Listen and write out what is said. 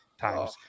times